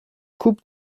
coupe